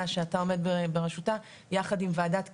שאתה עומד ברשותה יחד עם ועדת כספים.